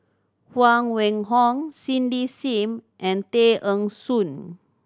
Huang Wenhong Cindy Sim and Tay Eng Soon